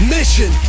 Mission